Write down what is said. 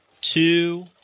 two